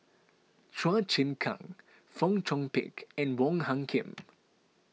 Chua Chim Kang Fong Chong Pik and Wong Hung Khim